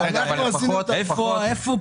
אנחנו עשינו את הטוב.